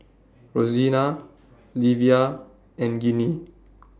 Rosena Livia and Ginny